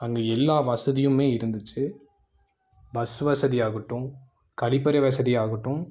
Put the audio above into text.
அங்கே எல்லா வசதியுமே இருந்துச்சு பஸ் வசதி ஆகட்டும் கழிப்பறை வசதி ஆகட்டும்